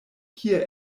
kie